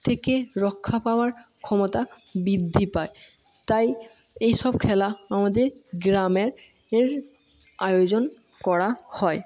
থেকে রক্ষা পাওয়ার ক্ষমতা বৃদ্ধি পায় তাই এই সব খেলা আমাদের গ্রামের এর আয়োজন করা হয়